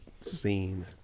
scene